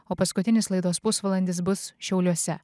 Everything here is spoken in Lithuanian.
o paskutinis laidos pusvalandis bus šiauliuose